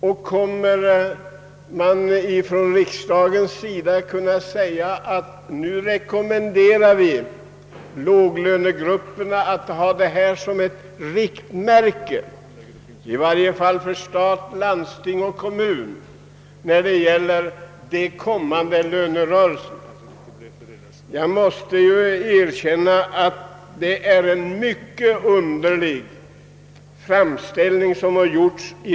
Och kommer riksdagen att rekommendera låglönegrupperna — i varje fall inom stat, landsting och kommuner — att ta detta som riktmärke i de kommande lönerörelserna? Det är en mycket underlig framställning som har kommit.